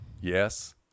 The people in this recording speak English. Yes